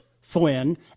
Flynn